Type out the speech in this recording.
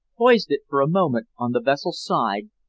poised it for a moment on the vessel's side,